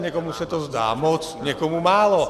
Někomu se to zdá moc, někomu málo.